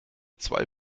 zwei